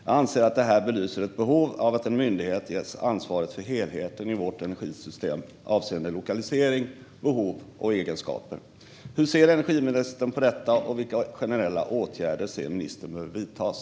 Jag anser att detta belyser ett behov av att en myndighet ges ansvaret för helheten i vårt energisystem avseende lokalisering, behov och egenskaper. Hur ser energiministern på detta, och vilka generella åtgärder anser ministern bör vidtas?